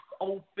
open